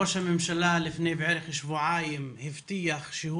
ראש הממשלה לפני בערך שבועיים הבטיח שהוא